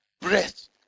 breath